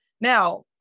Now